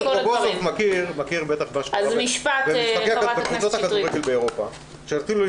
חבר הכנסת רזבוזוב בוודאי מכיר מה קורה בקבוצות הכדורגל באירופה,